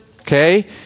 okay